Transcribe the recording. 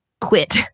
quit